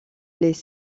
les